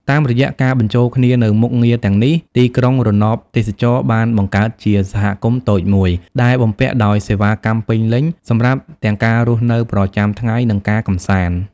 តាមរយៈការបញ្ចូលគ្នានូវមុខងារទាំងនេះ ទីក្រុងរណបទេសចរណ៍បានបង្កើតជា សហគមន៍តូចមួយ ដែលបំពាក់ដោយសេវាកម្មពេញលេញ សម្រាប់ទាំងការរស់នៅប្រចាំថ្ងៃ និងការកម្សាន្ត។